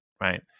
right